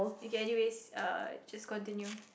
okay anyways uh just continue